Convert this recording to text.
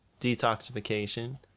Detoxification